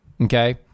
okay